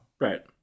Right